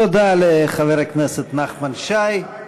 תודה לחבר הכנסת נחמן שי.